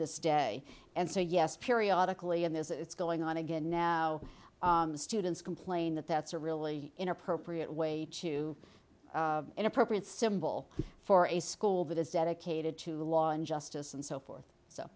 this day and so yes periodically and this is going on again now the students complain that that's a really inappropriate way to inappropriate symbol for a school that is dedicated to law and justice and so forth so